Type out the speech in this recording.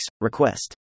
request